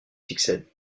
succède